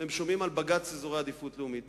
אתם שומעים על בג"ץ אזורי עדיפות לאומית,